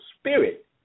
spirit